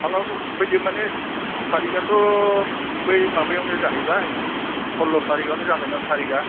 माब्लाबा फैदो माने थारिखआथ' बै माबायावनो जाहैबाय सल्ल' थारिखावनो जाबायना थारिखआ